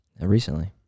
Recently